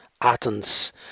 Athens